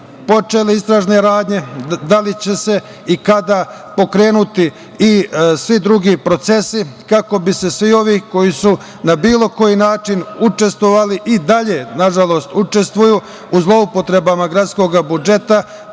počele istražne radnje? Da li će se i kada pokrenuti i svi drugi procesi kako bi se svi ovi koji su na bilo koji način učestvovali, i dalje nažalost učestvuju u zloupotrebama gradskog budžeta,